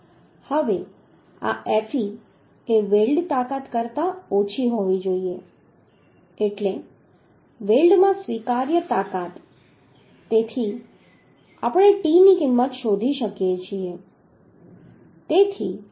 હવે આ fe એ વેલ્ડ તાકાત કરતાં ઓછી હોવી જોઈએ એટલે વેલ્ડમાં સ્વીકાર્ય તાકાત તેથી આપણે t ની કિંમત શોધી શકીએ છીએ